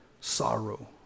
sorrow